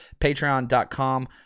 Patreon.com